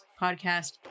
podcast